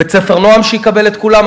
בית-ספר "נועם" שיקבל את כולם,